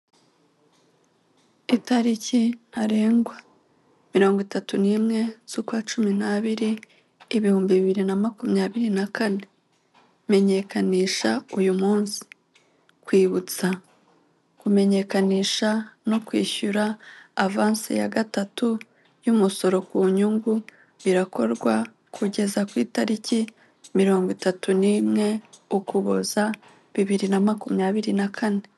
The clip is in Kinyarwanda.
Itariki ntarengwa, mirongo itatu nimwe z'ukwa cumi nabiri ibihumbi bibiri na makumyabiri na kane, menyekanisha uyu munsi, kwibutsa kumenyekanisha no kwishyura avansi ya gatatu y'umusoro ku nyungu birakorwa kugeza ku itariki mirongo itatu nimwe ukuboza bibiri na makumyabiri na kane.